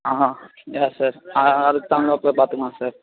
ஆ yes sir ஆ அதுக்கு தகுந்தாப்போல பார்த்துக்கலாம் சார்